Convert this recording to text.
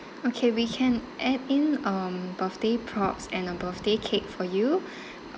okay we can add in um birthday props and a birthday cake for you